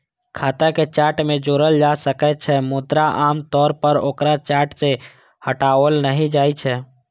खाता कें चार्ट मे जोड़ल जा सकै छै, मुदा आम तौर पर ओकरा चार्ट सं हटाओल नहि जाइ छै